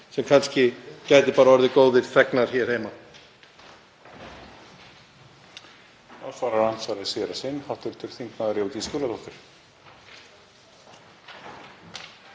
sem kannski gæti orðið góðir þegnar hér heima.